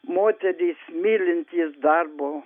moterys mylintys darbo